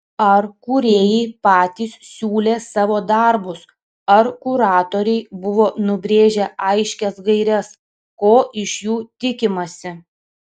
ar kūrėjai patys siūlė savo darbus ar kuratoriai buvo nubrėžę aiškias gaires ko iš jų tikimasi